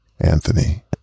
Anthony